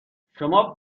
شما